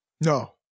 No